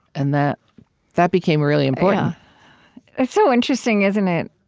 and that that became really important so interesting, isn't it?